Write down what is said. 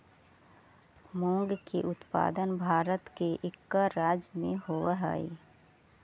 मूंग के उत्पादन भारत के कईक राज्य में होवऽ हइ